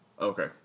Okay